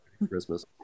Christmas